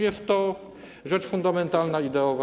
Jest to rzecz fundamentalna, ideowa.